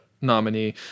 nominee